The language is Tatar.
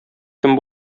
кем